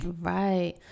Right